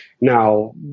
Now